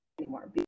anymore